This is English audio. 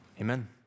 Amen